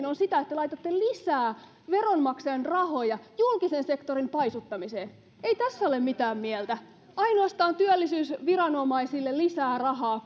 on sitä että laitatte lisää veronmaksajien rahoja julkisen sektorin paisuttamiseen ei tässä ole mitään mieltä ainoastaan työllisyysviranomaisille lisää rahaa